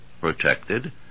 protected